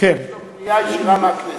כמו הרמטכ"ל, יש אליו פנייה ישירה מהכנסת.